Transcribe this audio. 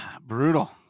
brutal